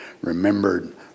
remembered